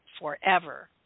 Forever